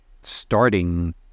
starting